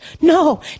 no